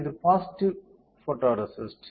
இது positive photoresist